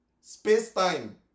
Space-time